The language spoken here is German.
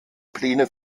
pläne